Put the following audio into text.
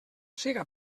siga